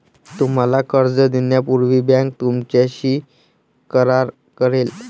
तुम्हाला कर्ज देण्यापूर्वी बँक तुमच्याशी करार करेल